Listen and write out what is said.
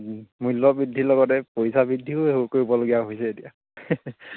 মূল্যবৃদ্ধিৰ লগতে পইচা বৃদ্ধিও কৰিবলগীয়া হৈছে এতিয়া